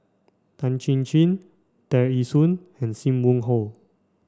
Tan Chin Chin Tear Ee Soon and Sim Wong Hoo